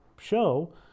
show